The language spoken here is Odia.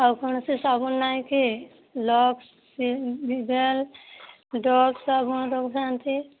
ଆଉ କ'ଣ ସେ ସାବୁନ ନାହିଁ କି ଲକ୍ସ ଭିଭେଲ୍ ଡୋଭ ସାବୁନ ନେଉଛନ୍ତି